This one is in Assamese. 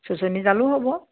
চুঁচনি জালো হ'ব